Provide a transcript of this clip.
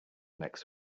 next